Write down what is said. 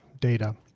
data